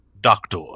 doctor